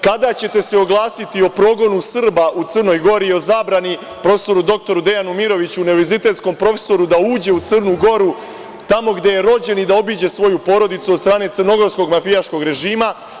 Kada ćete se oglasiti o progonu Srba u Crnoj Gori i o zabrani prof. dr Dejanu Miroviću da uđe u Crnu Goru tamo gde je rođen i da obiđe svoju porodicu, od strane crnogorskog mafijaškog režima?